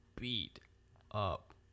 beat-up